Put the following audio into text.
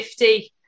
50